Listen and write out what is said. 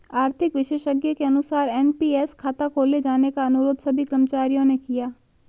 आर्थिक विशेषज्ञ के अनुसार एन.पी.एस खाता खोले जाने का अनुरोध सभी कर्मचारियों ने किया